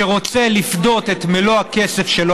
שרוצה לפדות את מלוא הכסף שלו,